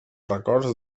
records